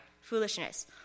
foolishness